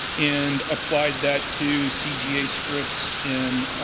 and applied that to cga scripts in